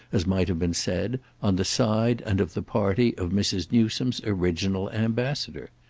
as might have been said, on the side and of the party of mrs. newsome's original ambassador.